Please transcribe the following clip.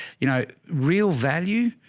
you know, real value,